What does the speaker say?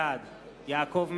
בעד יעקב מרגי,